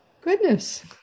goodness